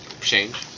change